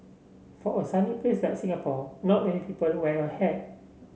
for a sunny place like Singapore not many people wear a hat